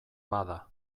bada